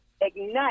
ignite